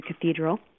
Cathedral